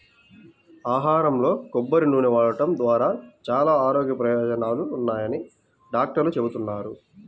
ఆహారంలో కొబ్బరి నూనె వాడటం ద్వారా చాలా ఆరోగ్య ప్రయోజనాలున్నాయని డాక్టర్లు చెబుతున్నారు